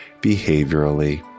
behaviorally